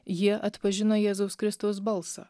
jie atpažino jėzaus kristaus balsą